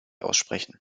aussprechen